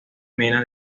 mena